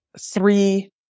three